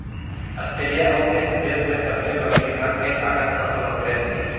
Australia अउ मिस्र देस में सबले बने किसम के कॉटन फसल होथे